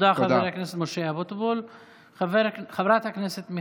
תודה, חבר הכנסת משה אבוטבול.